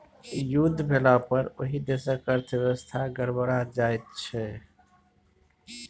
युद्ध भेलापर ओहि देशक अर्थव्यवस्था गड़बड़ा जाइत छै